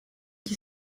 qui